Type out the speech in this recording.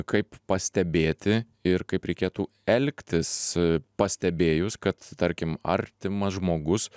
kaip pastebėti ir kaip reikėtų elgtis pastebėjus kad tarkim artimas žmogus